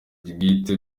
bwite